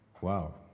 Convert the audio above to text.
Wow